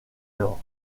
nord